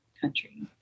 country